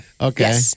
Okay